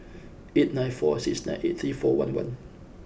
eight nine four six nine eight three four one one